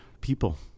people